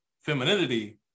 femininity